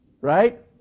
Right